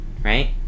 right